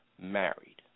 married